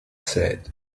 said